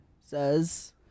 says